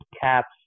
CAPs